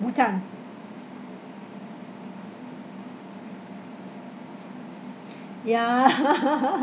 bhutan ya